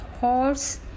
horse